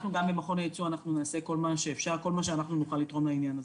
אנחנו במכון היצוא נעשה כל מה שאנחנו נוכל לתרום לעניין הזה.